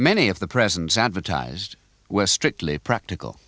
many of the presents advertised were strictly practical